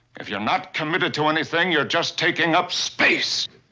if you're not committed to anything, you're just taking up space!